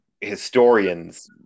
historians